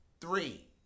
Three